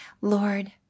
Lord